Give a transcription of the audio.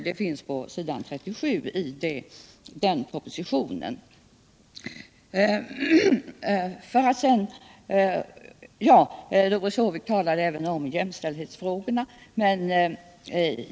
Det står på s. 37 i den propositionen. Doris Håvik talade också om jämställdhetsfrågorna.